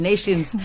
Nations